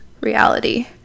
reality